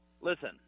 listen